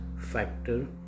factor